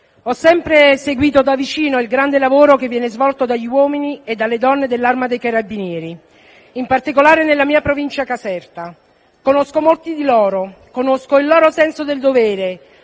ho sempre seguito da vicino il grande lavoro svolto dagli uomini e dalle donne dell'Arma dei carabinieri, in particolare nella mia provincia, Caserta. Conosco molti di loro, il loro senso del dovere,